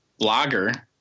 Blogger